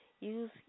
Use